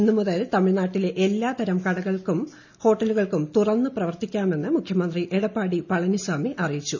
ഇന്നു മുതൽ തമിഴ്നാട്ടിലെ എല്ലാത്ത്രം കടകൾക്കും ഹോട്ടലുകൾക്കും തുറന്നുപ്രവർത്തിക്കാമെന്റ് മുഖ്യമന്ത്രി എടപ്പാടി പളനിസ്വാമി അറിയിച്ചു